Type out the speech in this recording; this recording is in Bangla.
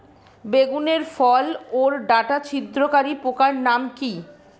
বেগুনের ফল ওর ডাটা ছিদ্রকারী পোকার নাম কি?